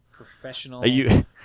Professional